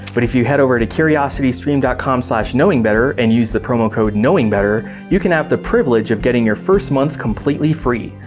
but if you head over to curiositystream dot com slash knowingbetter and use the promo code knowingbetter, you can have the privilege of getting your first month completely free.